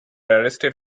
arrested